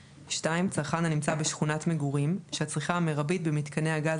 (2) צרכן הנמצא בשכונת מגורים שהצריכה המרבית במיתקני הגז